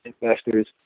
investors